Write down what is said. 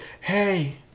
hey